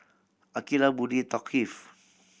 Aqilah Budi Thaqif